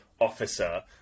officer